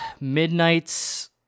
Midnight's